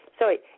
Sorry